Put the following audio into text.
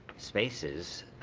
spaces,